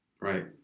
Right